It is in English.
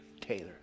Taylor